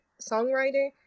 songwriter